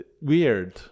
weird